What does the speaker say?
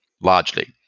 largely